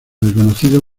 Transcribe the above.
reconocido